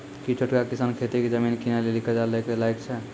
कि छोटका किसान खेती के जमीन किनै लेली कर्जा लै के लायक छै?